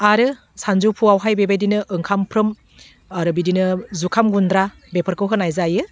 आरो सानजौफुवावहाय बेबायदिनो ओंखामफ्रोम आरो बिदिनो जुखाम गुन्द्रा बेफोरखौ होनाय जायो